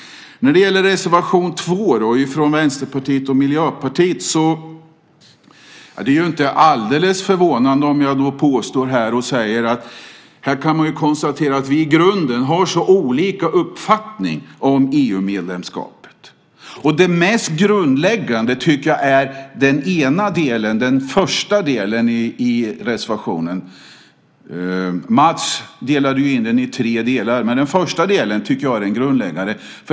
Reservation 2 från Vänsterpartiet och Miljöpartiet är inte helt förvånande. Man kan konstatera att vi i grunden har olika uppfattningar om EU-medlemskapet. Det mest grundläggande är den första delen i reservationen. Mats delade in den i tre delar, men jag tycker att den första delen är den grundläggande.